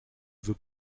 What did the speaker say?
veut